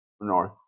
North